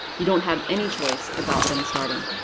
you don't have any choice about them starting.